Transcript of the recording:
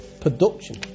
production